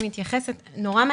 בדיוק.